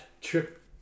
trip